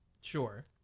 Sure